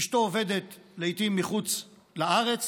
אשתו עובדת לעיתים מחוץ לארץ